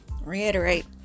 reiterate